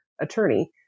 attorney